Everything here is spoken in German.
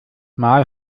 mal